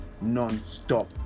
non-stop